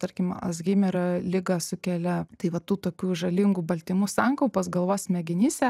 tarkim alzheimerio ligą sukelia tai va tų tokių žalingų baltymų sankaupos galvos smegenyse